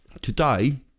Today